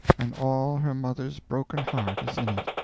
and all her mother's broken heart is in it.